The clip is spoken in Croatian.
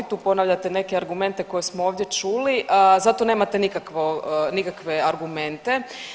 Tu ponavljate neke argumente koje smo ovdje čuli zato nemate nikakve argumente.